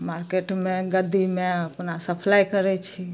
मार्केटमे गद्दीमे अपना सप्लाइ करै छी